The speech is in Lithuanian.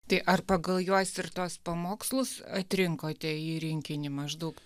tai ar pagal juos ir tuos pamokslus atrinkote į rinkinį maždaug